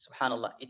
Subhanallah